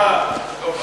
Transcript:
שמע, דב,